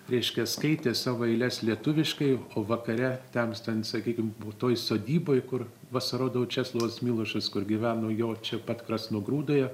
reiškia skaitė savo eiles lietuviškai o vakare temstant sakykim toj sodyboj kur vasarodavo česlovas milošas kur gyveno jo čia pat krasnogrūdoje